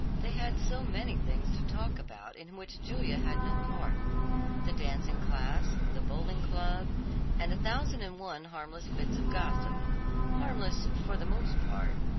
they had so many things to talk about in which julia had no part the dancing class, the bowling club and a thousand and one harmless bits of gossip harmless for the most part,